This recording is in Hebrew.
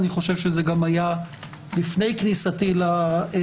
אני חושב שזה גם היה לפני כניסתי לתפקיד,